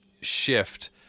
shift